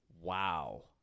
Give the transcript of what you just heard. wow